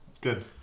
Good